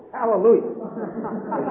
Hallelujah